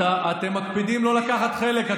משה, משה, אתם מקפידים לא לקחת חלק.